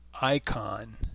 icon